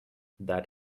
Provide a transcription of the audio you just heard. that